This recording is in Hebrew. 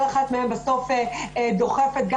כל אחד מהן מנהיגה וכל אחת מהן בסוף דוחפת גם